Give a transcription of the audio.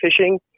fishing